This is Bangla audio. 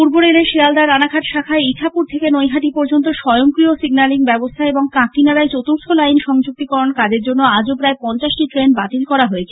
পূর্ব রেলের শিয়ালদা রানাঘাট শাখায় ইছাপুর থেকে নৈহাটি পর্যন্ত স্বয়ংক্রিয় সিগন্যালিং ব্যবস্থা এবং কাকিনাড়ায় চতুর্থ লাইন সংযুক্তিকরণ কাজের জন্য আজও প্রায় পঞ্চাশটি ট্রেন বাতিল করা হয়েছে